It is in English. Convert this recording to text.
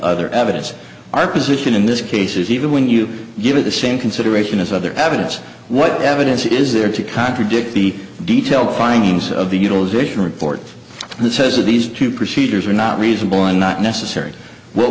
other evidence our position in this case is even when you give it the same consideration as other evidence what evidence is there to contradict the detail findings of the utilization report and it says that these two procedures are not reasonable and not necessary what